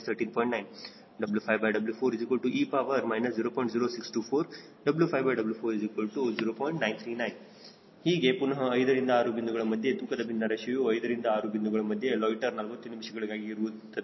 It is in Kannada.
939 ಹೀಗೆ ಪುನಹ 5 ರಿಂದ 6 ಬಿಂದುಗಳ ಮಧ್ಯೆ ತೂಕದ ಭಿನ್ನರಾಶಿ 5 ರಿಂದ 6 ಬಿಂದುಗಳ ಮಧ್ಯೆ ಲೊಯ್ಟ್ಟೆರ್ 40 ನಿಮಿಷಗಳಿಗಾಗಿ ಇರುತ್ತದೆ